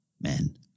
men